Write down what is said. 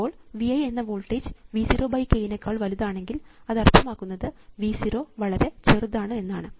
അപ്പോൾ V i എന്ന voltage V 0 k നെക്കാൾ വലുതാണെങ്കിൽ അത് അർത്ഥമാക്കുന്നത് V 0 വളരെ ചെറുതാണ് എന്നാണ്